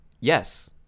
Yes